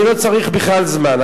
אני לא צריך בכלל זמן.